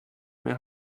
mehr